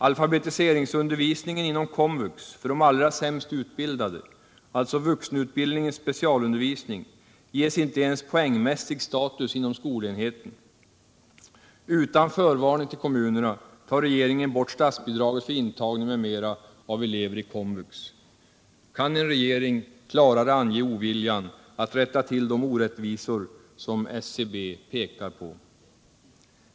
Alfabetiseringsundervisningen inom KOMVUX för de allra sämst utbildade — alltså vuxenutbildningens specialundervisning — ges inte ens poängmässig status inom skolenheten. Kan en regering klarare ange oviljan att rätta till de orättvisor som SCB pekar på?